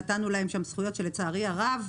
נתנו להם שם זכויות שלצערי הרב,